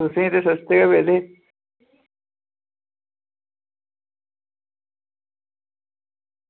तुसेंगी सस्ते गै पेदे